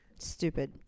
Stupid